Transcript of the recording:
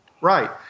Right